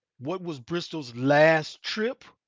what was bristol's last trip?